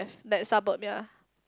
that that suburb ya